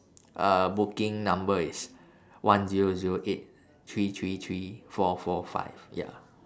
uh booking number is one zero zero eight three three three four four five ya